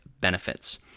benefits